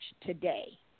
today